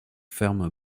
ferme